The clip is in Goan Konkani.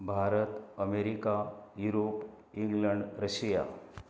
Bharat America Europe England Russia